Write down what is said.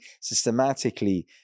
systematically